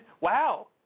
Wow